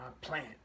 plant